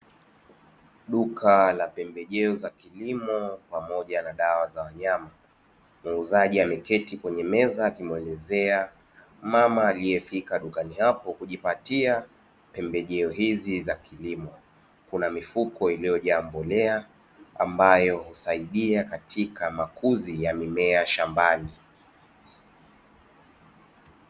Duka la pembejeo za kilimo pamoja na dawa za wanyama muuzaji ameketi kwenye meza akimwelezea mama aliyefika dukani hapo kujipatia pembejeo hizi za kilimo, kuna mifuko iliyojaa mbolea ambayo husaidia katika makuzi ya mimea shambani.